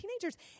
teenagers